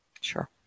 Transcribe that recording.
Sure